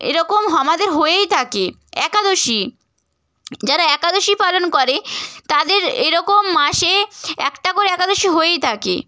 এইরকম আমাদের হয়েই থাকে একাদশী যারা একাদশী পালন করে তাদের এইরকম মাসে একটা করে একাদশী হয়েই থাকে